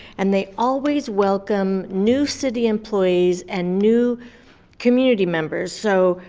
and they always welcome new city employees, and new community members. so,